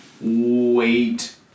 wait